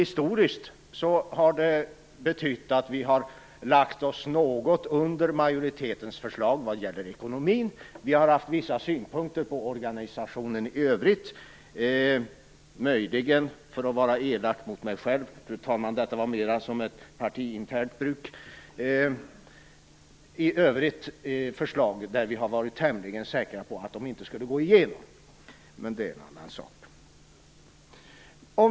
Historiskt har det inneburit att vi har lagt oss något under majoritetens förslag vad gäller ekonomin och att vi har haft vissa synpunkter på organisationen i övrigt - fast detta, fru talman, var mer en partiintern elakhet. I övrigt har det funnits förslag som vi varit tämligen säkra på inte skulle gå igenom, men det är en annan sak.